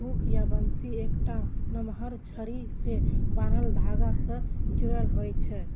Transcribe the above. hook या बंसी एकटा नमहर छड़ी सं बान्हल धागा सं जुड़ल होइ छै